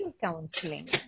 counseling